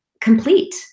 complete